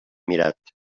mirat